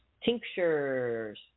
Tinctures